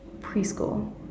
preschool